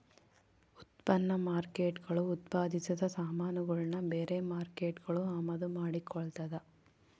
ಉತ್ಪನ್ನ ಮಾರ್ಕೇಟ್ಗುಳು ಉತ್ಪಾದಿಸಿದ ಸಾಮಾನುಗುಳ್ನ ಬೇರೆ ಮಾರ್ಕೇಟ್ಗುಳು ಅಮಾದು ಮಾಡಿಕೊಳ್ತದ